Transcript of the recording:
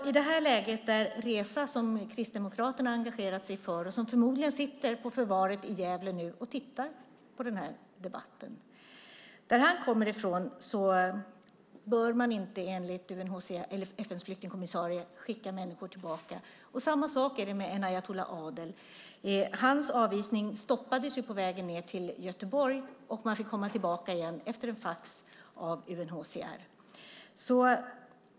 Vad gäller Reza, som Kristdemokraterna engagerat sig för och som förmodligen nu sitter på förvaret i Gävle och tittar på den här debatten, bör man enligt FN:s flyktingkommissarie inte skicka människor tillbaka till den plats han kommer ifrån. Samma sak gäller Enayatullah Adel. Hans avvisning stoppades ju efter ett fax från UNHCR; han var alltså på väg till Göteborg men fick komma tillbaka.